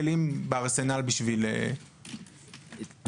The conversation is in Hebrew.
מה היא תהיה לשיטתך?